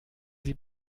sie